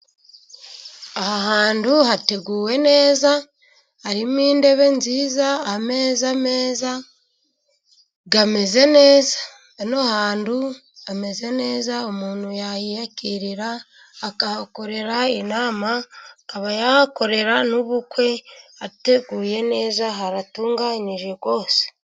Aha hantu hateguwe neza harimo intebe nziza, ameza meza, ameze neza. hano hantu hameze neza umuntu yahiyakirira akahakorera inama, akaba yahakorera n'ubukwe, hateguye neza haratunganyije rwose.